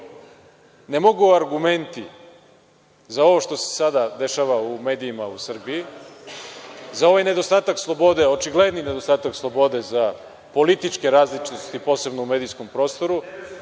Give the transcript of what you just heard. ne mogu argumenti za ovo što se sada dešava u medijima u Srbiji, za ovaj nedostatak slobode, očigledni nedostatak slobode za političke različitosti, posebno u medijskom prostoru,